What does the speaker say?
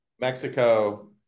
mexico